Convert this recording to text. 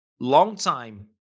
Long-time